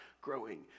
growing